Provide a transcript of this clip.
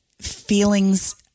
feelings